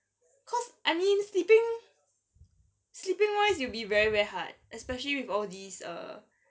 cause I mean sleeping sleeping wise it will be very very hard especially with all these err